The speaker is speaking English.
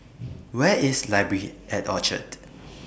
Where IS Library At Orchard